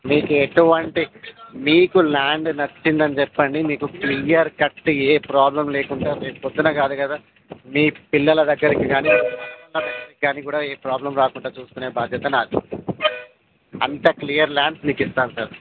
మీకు ఎటువంటి మీకు ల్యాండ్ నచ్చిందని చెప్పండి మీకు క్లియర్ కట్ ఏ ప్రాబ్లం లేకుండా రేపు పొద్దున కాదు కదా మీ పిల్లల దగ్గరికి గానీ మీ మనవడులా దగ్గరికి గానీ కూడా ఏ ప్రాబ్లమ్ రాకుండా చూసుకునే బాధ్యత నాది అంత క్లియర్ ల్యాండ్స్ మీకు ఇస్తాను సార్